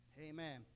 Amen